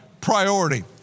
priority